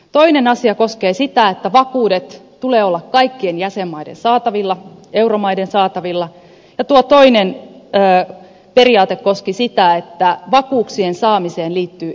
toinen asia koskee sitä että vakuuksien tulee olla kaikkien jäsenmaiden saatavilla euromaiden saatavilla ja tuo toinen periaate koski sitä että vakuuksien saami seen liittyy ehtoja